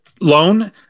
loan